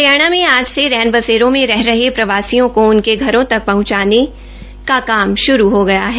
हरियाणा में आज से रैन बसेरों में रह रहे प्रवासियों को उनके घरों तक पहंचाने का काम शुरू हो गया है